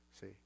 see